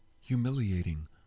humiliating